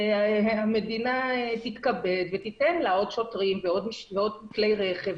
שהמדינה תתכבד ותיתן לה עוד שוטרים ועוד כלי רכב